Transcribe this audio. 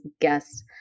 guest